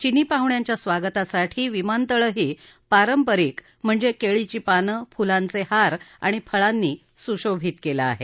चिनी पाहुण्यांच्या स्वागतासाठी विमानतळही पारंपरिक म्हणजे केळीची पानं फुलांचे हार आणि फळांनी सुशोभित केला आहे